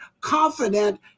confident